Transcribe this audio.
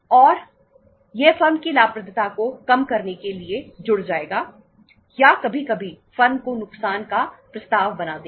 और यह फर्म की लाभप्रदता को कम करने के लिए जुड़ जाएगा या कभी कभी फर्म को नुकसान का प्रस्ताव बना देगा